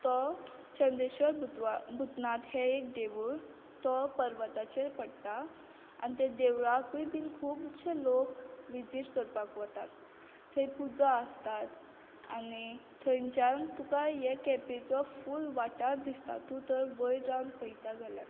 तो चंद्रेश्र्वर भुतनाथ हें एक देवूळ तो पर्वताचेर पडटा आनी त्या देवळाकूय बीन खूब अशे लोक विजीट करपाक वतात थंय पुजा आसता आनी थंयच्यान तुका हे केपेंचो फूल वाठार दिसता तूं तर वयर रावन पयता जाल्यार